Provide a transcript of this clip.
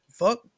Fuck